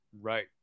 right